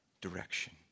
direction